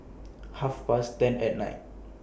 Half Past ten At Night